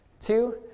Two